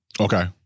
Okay